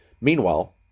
Meanwhile